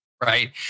right